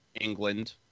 England